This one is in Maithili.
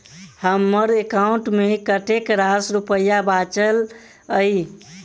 हम्मर एकाउंट मे कतेक रास रुपया बाचल अई?